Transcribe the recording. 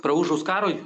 praūžus karui